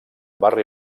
barri